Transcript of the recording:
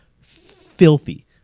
filthy